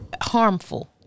harmful